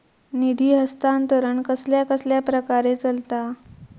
निधी हस्तांतरण कसल्या कसल्या प्रकारे चलता?